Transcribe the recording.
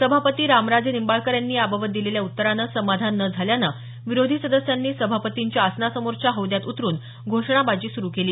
सभापती रामराजे निंबाळकर यांनी याबाबत दिलेल्या उत्तरानं समाधान न झाल्यानं विरोधी सदस्यांनी सभापतींच्या आसनासमोरच्या हौद्यात उतरून घोषणाबाजी सुरू केली